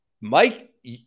Mike